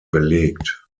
belegt